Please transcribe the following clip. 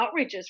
outreaches